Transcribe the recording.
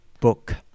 book